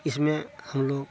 इसमें हमलोग